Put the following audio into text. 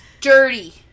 dirty